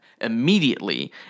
immediately